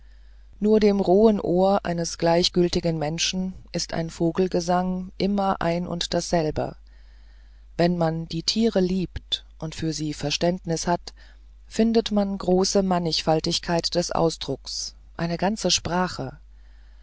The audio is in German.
nur dem rohen ohr eines gleichgültigen menschen ist ein vogelgesang immer ein und dasselbe wenn man die tiere liebt und für sie verständnis hat findet man große mannigfaltigkeit des ausdrucks eine ganze sprache